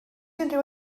unrhyw